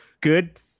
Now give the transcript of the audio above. Good